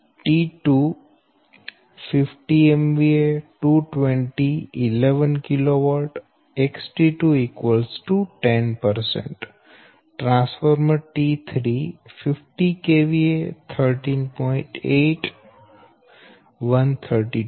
8220 kV XT1 10 T2 50 MVA 22011 kV XT2 10 T3 50 MVA 13